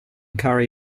curry